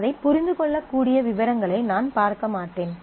அதைப் புரிந்து கொள்ளக்கூடிய விவரங்களை நான் பார்க்க மாட்டேன்